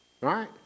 right